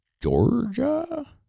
Georgia